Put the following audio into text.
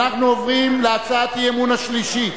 אנחנו עוברים להצעת האי-אמון השלישית,